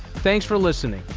thanks for listening.